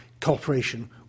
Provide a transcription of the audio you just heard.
Cooperation